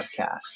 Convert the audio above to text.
podcast